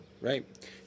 Right